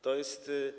To jest.